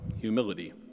humility